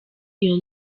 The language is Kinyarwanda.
iyo